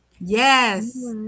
Yes